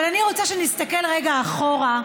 אבל אני רוצה שנסתכל רגע אחורה,